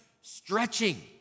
stretching